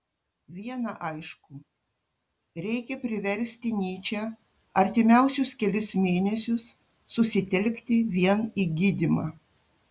viena aišku reikia priversti nyčę artimiausius kelis mėnesius susitelkti vien į gydymą